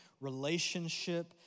relationship